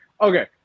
Okay